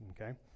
okay